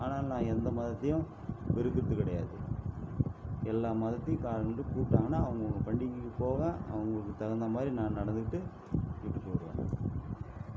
ஆனால் நான் எந்த மதத்தையும் வெறுக்கிறது கிடையாது எல்லா மதத்தையும் கலந்து கூப்பிட்டாங்கன்னா அவங்க அவங்க பண்டிகைக்கு போவேன் அவங்களுக்கு தகுந்த மாதிரி நான் நடந்துக்கிட்டு வீட்டுக்கு வருவேன்